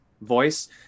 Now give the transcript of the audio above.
voice